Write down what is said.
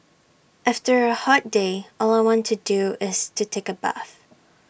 after A hot day all I want to do is take A bath